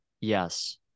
Yes